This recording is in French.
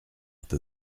peu